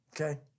Okay